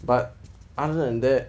but other than that